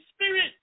Spirit